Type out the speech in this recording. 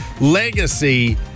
legacy